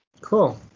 Cool